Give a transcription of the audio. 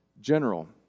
general